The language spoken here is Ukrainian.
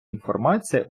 інформація